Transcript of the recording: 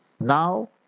now